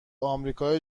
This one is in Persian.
آمریکای